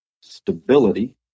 stability